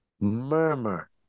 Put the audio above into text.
murmur